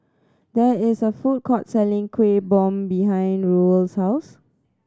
there is a food court selling Kuih Bom behind Ruel's house